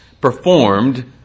performed